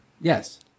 Yes